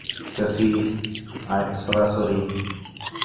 ᱪᱟᱹᱥᱤ ᱟᱡ ᱥᱚᱨᱟᱥᱚᱨᱤ